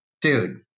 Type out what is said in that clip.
dude